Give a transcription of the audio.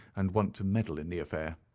and want to meddle in the affair.